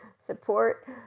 support